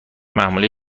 محموله